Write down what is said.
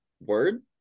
word